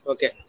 Okay